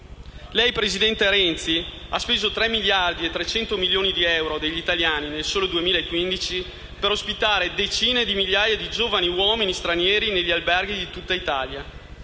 Lei, presidente Renzi, ha speso 3,3 milioni di euro degli italiani nel solo 2015 per ospitare decine di migliaia di giovani uomini stranieri negli alberghi di tutta Italia.